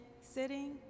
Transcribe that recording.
sitting